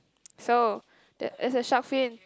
so there's a shark fin